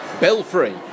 Belfry